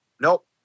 Nope